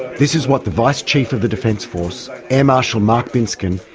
this is what the vice chief of the defence force, air marshal mark binskin,